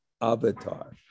avatar